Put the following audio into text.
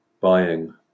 buying